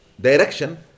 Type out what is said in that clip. direction